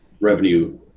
revenue